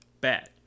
bad